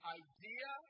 idea